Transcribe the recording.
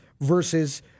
Versus